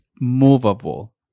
movable